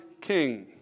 king